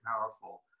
powerful